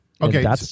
Okay